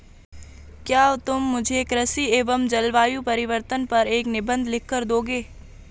क्या तुम मुझे कृषि एवं जलवायु परिवर्तन पर एक निबंध लिखकर दोगे?